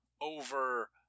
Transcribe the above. over –